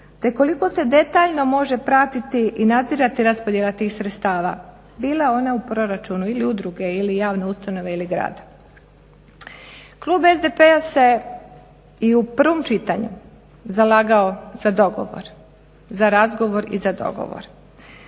te koliko se detaljno može pratiti i nadzirati raspodjela tih sredstava, bile one u proračunu ili udruge ili javne ustanove ili grada? Klub SDP-a se i u prvom čitanju zalagao za dogovor, za razgovor i za dogovor.